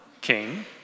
king